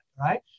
right